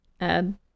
add